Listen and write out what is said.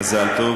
מזל טוב.